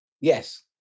Yes